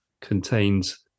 contains